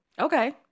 Okay